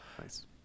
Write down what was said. Nice